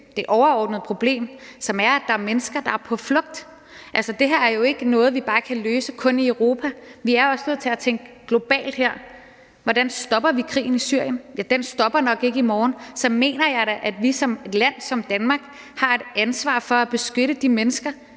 det overordnede problem, som er, at der er mennesker, der er på flugt. Altså, det her er jo ikke noget, vi bare kan løse kun i Europa. Vi er også nødt til at tænke globalt. Hvordan stopper vi krigen i Syrien? Den stopper nok ikke i morgen. Så mener jeg da, at vi i et land som Danmark har et ansvar for at beskytte de mennesker,